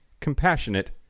compassionate